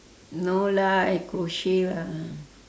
no lah I crochet lah